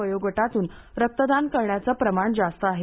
वयोगटातून रक्तदान करण्याचे प्रमाण जास्त आहे